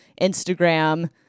Instagram